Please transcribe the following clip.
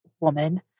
woman